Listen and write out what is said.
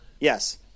Yes